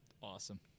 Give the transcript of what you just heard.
awesome